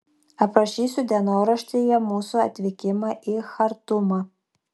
aprašysiu dienoraštyje mūsų atvykimą į chartumą